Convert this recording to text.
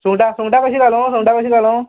सुंगटां सुंगटां कशीं घालूं सुंगटां कशीं घालूं